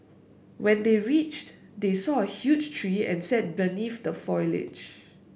when they reached they saw a huge tree and sat beneath the foliage